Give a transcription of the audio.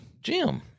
Jim